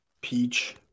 Peach